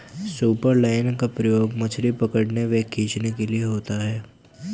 superline का प्रयोग मछली पकड़ने व खींचने के लिए होता है